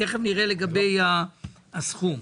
תכף נראה לגבי הסכום.